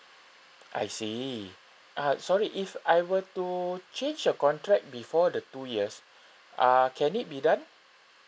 I see uh sorry if I were to change your contract before the two years uh can it be done